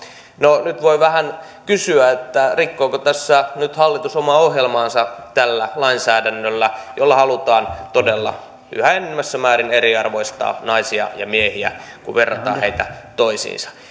no nyt voi vähän kysyä rikkooko tässä nyt hallitus omaa ohjelmaansa tällä lainsäädännöllä jolla halutaan todella yhä enenevässä määrin eriarvoistaa naisia ja miehiä kun verrataan heitä toisiinsa